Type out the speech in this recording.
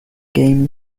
game